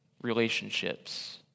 relationships